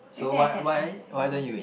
do you think I can untangle it